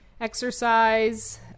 exercise